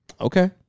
Okay